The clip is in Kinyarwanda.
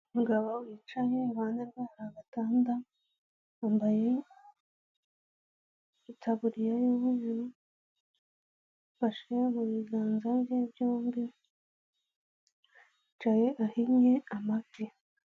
Umugabo wicaye, iruhande rwe hari agatanda, yambaye itaburiya y'umweru, afashe mu biganza bye byombi, yicaye ahinnye amavi.